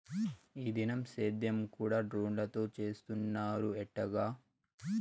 ఈ దినం సేద్యం కూడ డ్రోన్లతో చేస్తున్నారు ఎట్టాగా